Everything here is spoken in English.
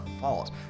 fault